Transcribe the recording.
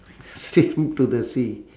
straight into the sea